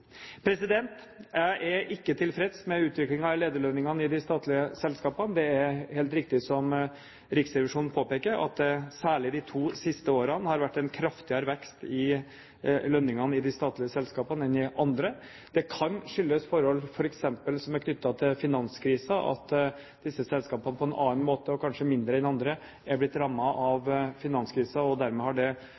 Jeg er ikke tilfreds med utviklingen i lederlønningene i de statlige selskapene. Det er helt riktig som Riksrevisjonen påpeker, at det særlig de to siste årene har vært en kraftigere vekst i lønningene i de statlige selskapene enn i andre. Det kan skyldes forhold som f.eks. er knyttet til finanskrisen, at disse selskapene på en annen måte – og kanskje mindre enn andre – er blitt rammet av finanskrisen, og dermed har det